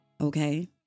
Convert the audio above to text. Okay